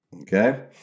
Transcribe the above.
Okay